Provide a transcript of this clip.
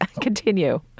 continue